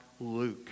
Luke